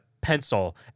pencil